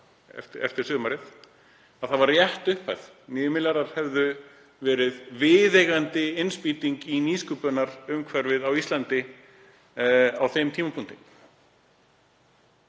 fara, kom í ljós að það var rétt upphæð. 9 milljarðar hefðu verið viðeigandi innspýting í nýsköpunarumhverfið á Íslandi á þeim tímapunkti.